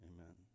Amen